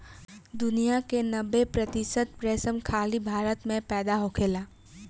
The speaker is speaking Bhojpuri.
दुनिया के नब्बे प्रतिशत रेशम खाली भारत में पैदा होखेला